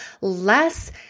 less